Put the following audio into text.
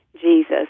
Jesus